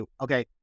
okay